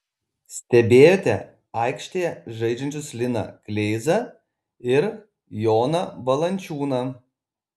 stebėjote aikštėje žaidžiančius liną kleizą ir joną valančiūną